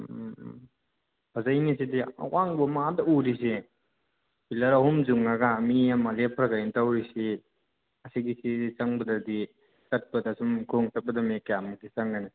ꯎꯝ ꯐꯖꯩꯅꯦ ꯁꯤꯗꯤ ꯑꯋꯥꯡꯕ ꯑꯃ ꯑꯥꯗ ꯎꯔꯤꯁꯦ ꯄꯤꯜꯂꯔ ꯑꯍꯨꯝ ꯌꯨꯡꯉꯒ ꯃꯤ ꯑꯃ ꯂꯦꯞꯄ꯭ꯔꯥ ꯀꯩꯅꯣ ꯇꯧꯔꯤꯁꯤ ꯑꯁꯤꯒꯤꯁꯤ ꯆꯪꯕꯗꯗꯤ ꯆꯠꯄꯗ ꯁꯨꯝ ꯈꯣꯡꯅ ꯆꯠꯄꯗ ꯃꯦ ꯀꯌꯥꯃꯨꯛꯇꯤ ꯆꯪꯒꯅꯤ